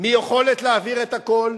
מיכולת להעביר את הכול.